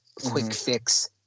quick-fix